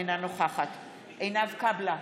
אינה נוכחת עינב קאבלה,